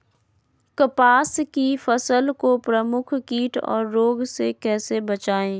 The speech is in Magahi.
कपास की फसल को प्रमुख कीट और रोग से कैसे बचाएं?